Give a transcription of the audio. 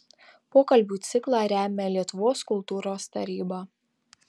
pokalbių ciklą remia lietuvos kultūros taryba